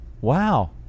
wow